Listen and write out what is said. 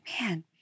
man